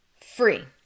free